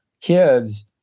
kids